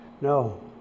no